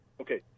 Okay